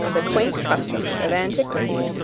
the quaint customs of antiquity.